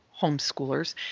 homeschoolers